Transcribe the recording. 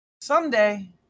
someday